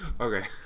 okay